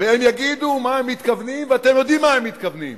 שלטים "בוגד" בכל מקום,